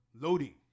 Loading